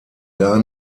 gar